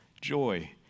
joy